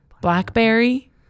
blackberry